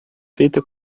feita